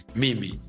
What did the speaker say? mimi